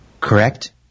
correct